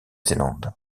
zélande